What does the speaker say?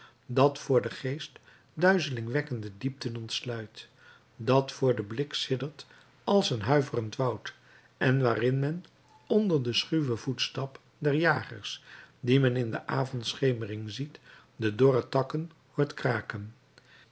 dat voor den geest duizelingwekkende diepten ontsluit dat voor den blik siddert als een huiverend woud en waarin men onder den schuwen voetstap der jagers die men in de avondschemering ziet de dorre takken hoort kraken